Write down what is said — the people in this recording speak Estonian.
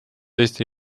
teistele